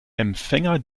empfänger